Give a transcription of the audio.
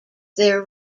their